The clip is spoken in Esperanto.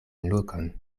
lokon